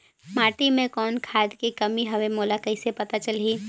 माटी मे कौन खाद के कमी हवे मोला कइसे पता चलही?